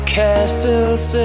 castles